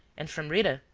and from rita,